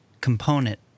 component